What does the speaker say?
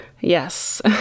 Yes